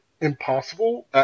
impossible